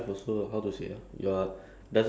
uh it's like anything